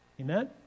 Amen